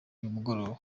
mugoroba